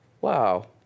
Wow